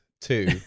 Two